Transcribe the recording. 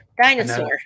dinosaur